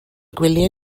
gwyliau